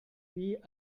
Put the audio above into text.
wie